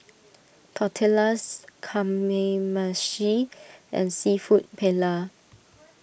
Tortillas Kamameshi and Seafood Paella